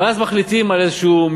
ואז מחליטים על איזה מבחן